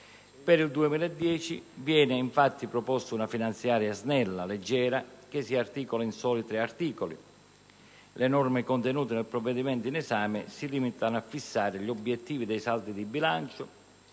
Per il 2010 viene infatti proposta una finanziaria snella, leggera, che si sostanzia in soli 3 articoli. Le norme contenute nel provvedimento in esame si limitano a fissare gli obiettivi dei saldi di bilancio